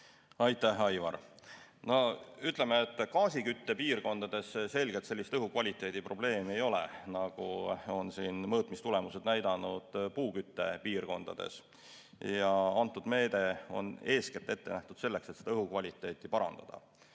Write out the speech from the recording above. Aitäh, Aivar! Ütleme, et gaasiküttepiirkondades selgelt sellist õhukvaliteedi probleemi ei ole, nagu on mõõtmistulemused näidanud puuküttepiirkondades, ja antud meede on eeskätt ette nähtud selleks, et õhukvaliteeti parandada.